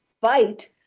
fight